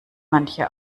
manche